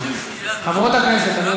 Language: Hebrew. חברת הכנסת מיכל רוזין.